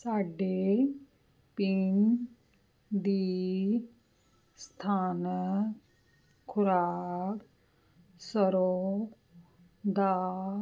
ਸਾਡੇ ਪਿੰਡ ਦੀ ਸਥਾਨਕ ਖੁਰਾਕ ਸਰ੍ਹੋਂ ਦਾ